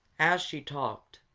as she talked,